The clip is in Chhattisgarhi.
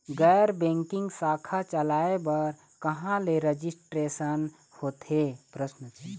गैर बैंकिंग शाखा चलाए बर कहां ले रजिस्ट्रेशन होथे?